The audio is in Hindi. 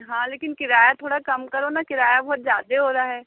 हाँ लेकिन किराया थोड़ा कम करो न किराया बहुत ज्यादे हो रहा है